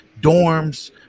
Dorms